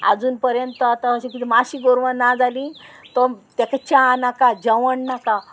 आजून पर्यंत तो आतां अशें कितें माश्शी गोरवां ना जाली तो ताका च्या नाका जेवण नाका